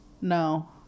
no